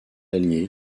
alliée